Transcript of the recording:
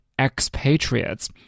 expatriates